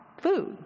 food